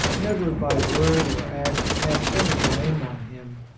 never by word or act cast any blame on him.